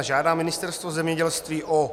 Žádá Ministerstvo zemědělství o